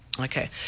Okay